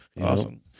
Awesome